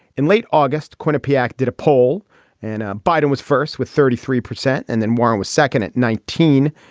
in late august quinnipiac did a poll and ah biden was first with thirty three percent and then warren was second at nineteen.